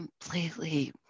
completely